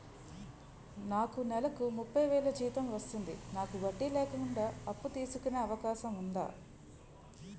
నాకు నేలకు ముప్పై వేలు జీతం వస్తుంది నాకు వడ్డీ లేకుండా అప్పు తీసుకునే అవకాశం ఉందా